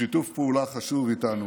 בשיתוף פעולה חשוב איתנו,